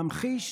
להמחיש,